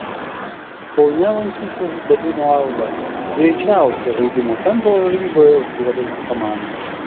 kaune lankysis berlyno alba greičiausią žaidimo tempą eurolygoje užduodanti komanda